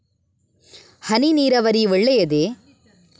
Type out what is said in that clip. ಹನಿ ನೀರಾವರಿ ಒಳ್ಳೆಯದೇ?